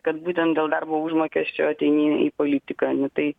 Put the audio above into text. kad būtent dėl darbo užmokesčio ateini į politiką ne tai